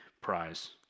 prize